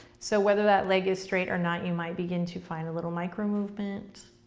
so whether that leg is straight or not, you might begin to find a little micro movement.